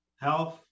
health